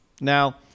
Now